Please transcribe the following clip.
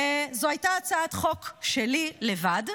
זו הייתה הצעת חוק שלי, לבד,